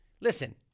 Listen